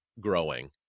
growing